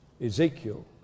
Ezekiel